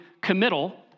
committal